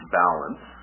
balance